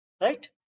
right